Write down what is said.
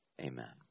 amen